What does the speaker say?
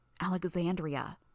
Alexandria